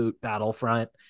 battlefront